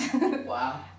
Wow